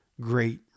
great